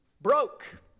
broke